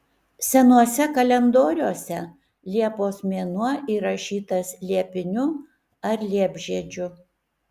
senuose kalendoriuose liepos mėnuo įrašytas liepiniu ar liepžiedžiu